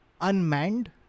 Unmanned